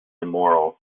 immoral